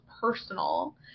personal